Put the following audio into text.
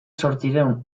zortziehun